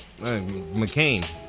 McCain